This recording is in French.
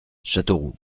châteauroux